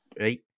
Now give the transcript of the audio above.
right